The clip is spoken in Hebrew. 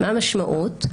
מה המשמעות?